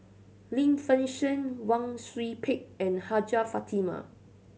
Lim Fei Shen Wang Sui Pick and Hajjah Fatimah